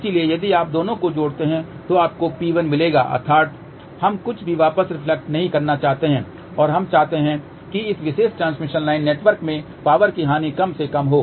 इसलिए यदि आप दोनों को जोड़ते हैं तो आपको P1 मिलेगा अर्थात हम कुछ भी वापस रिफ्लेक्टेड नहीं करना चाहते हैं और हम चाहते हैं कि इस विशेष ट्रांसमिशन लाइन नेटवर्क में पावर की हानि कम से कम हो